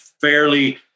fairly